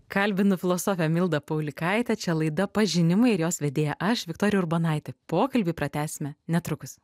kalbinu filosofę mildą paulikaitę čia laida pažinimai ir jos vedėja aš viktorija urbonaitė pokalbį pratęsime netrukus